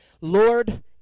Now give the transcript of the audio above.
Lord